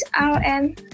RM